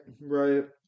right